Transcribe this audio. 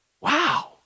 wow